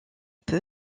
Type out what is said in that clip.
peu